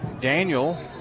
Daniel